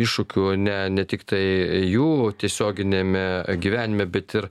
iššūkių ne ne tiktai jų tiesioginiame gyvenime bet ir